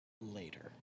later